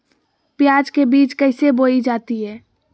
प्याज के बीज कैसे बोई जाती हैं?